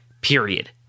Period